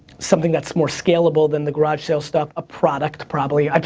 something that's more scalable than the garage sale stuff. a product, probably.